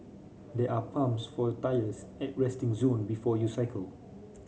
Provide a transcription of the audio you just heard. there are pumps for tyres at resting zone before you cycle